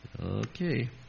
Okay